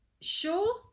sure